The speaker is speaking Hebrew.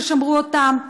ששמרו אותן.